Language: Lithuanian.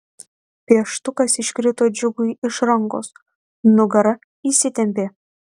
pieštukas iškrito džiugui iš rankos nugara įsitempė